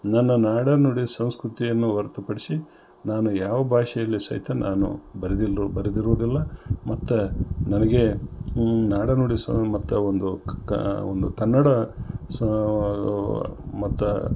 ನನ್ನ ನಾಡನುಡಿ ಸಂಸ್ಕೃತಿಯನ್ನು ಹೊರ್ತುಪಡ್ಸಿ ನಾನು ಯಾವ ಭಾಷೆಯಲ್ಲಿ ಸಹಿತ ನಾನು ಬರ್ದಿಲ್ರೊ ಬರೆದಿರುವುದಿಲ್ಲ ಮತ್ತು ನನಗೆ ನಾಡನುಡಿ ಸ ಮತ್ತ ಒಂದು ಕ ಒಂದು ಕನ್ನಡ ಸ ಮತ್ತು